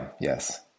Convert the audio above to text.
yes